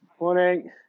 Morning